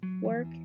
work